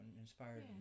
inspired